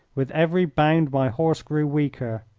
with every bound my horse grew weaker.